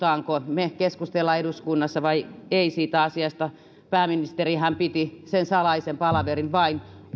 me keskustella eduskunnassa siitä asiasta vai emme pääministerihän piti sen salaisen palaverin vain